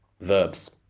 verbs